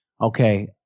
okay